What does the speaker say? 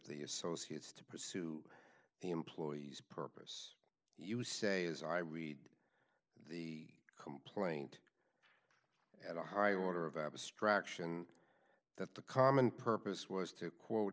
the associates to pursue the employee's purpose you say as i read the complaint at a high order of abstraction that the common purpose was to quote